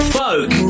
folk